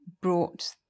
brought